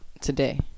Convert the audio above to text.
today